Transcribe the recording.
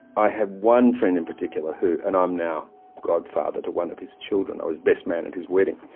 i have one friend in particular and i'm now godfather to one of his children, i was best man at his wedding,